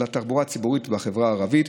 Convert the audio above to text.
על התחבורה הציבורית בחברה הערבית,